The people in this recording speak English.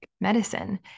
medicine